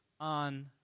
on